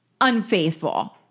unfaithful